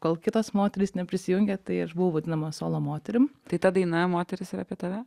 kol kitos moterys neprisijungė tai aš buvau vadinama solo moterim tai ta daina moteris yra apie tave